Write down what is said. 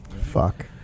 Fuck